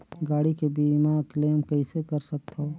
गाड़ी के बीमा क्लेम कइसे कर सकथव?